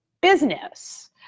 business